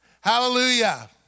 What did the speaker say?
Hallelujah